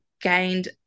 gained